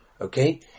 Okay